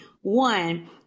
One